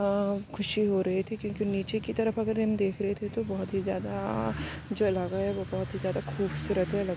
خوشی ہو رہی تھی کیوں کہ نیچے کی طرف اگر ہم دیکھ رہے تھے تو بہت ہی زیادہ جو علاقہ ہے وہ بہت ہی زیادہ خوبصورت ہے